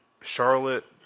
Charlotte